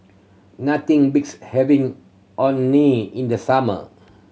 nothing beats having Orh Nee in the summer